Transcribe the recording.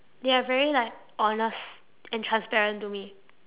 they are very like honest and transparent to me